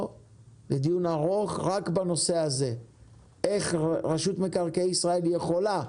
לדיון ארוך רק בנושא: איך רשות מקרקעי ישראל יכולה,